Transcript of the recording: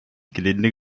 gelinde